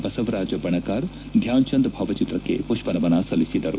ಬಸವರಾಜ ಬಣಕಾರ್ ಧ್ಯಾನ್ಚಂದ್ ಭಾವಚಿತ್ರಕ್ಕೆ ಪುಷ್ಪನಮನ ಸಲ್ಲಿಸಿದರು